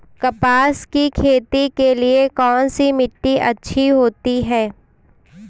कपास की खेती के लिए कौन सी मिट्टी अच्छी होती है?